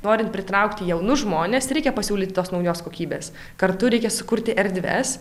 norint pritraukti jaunus žmones reikia pasiūlyt tos naujos kokybės kartu reikia sukurti erdves